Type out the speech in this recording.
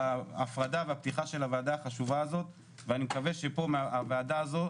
ההפרדה והפתיחה של הועדה החשובה הזאת ואני מקווה שפה מהוועדה הזאת,